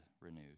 renews